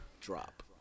drop